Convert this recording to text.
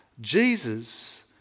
Jesus